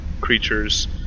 creatures